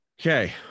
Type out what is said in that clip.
okay